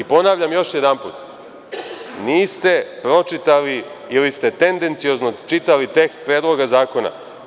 Ponavljam još jedanput, niste pročitali ili ste tendenciono čitali tekst Predloga zakona.